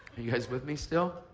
you guys with me still?